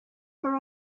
for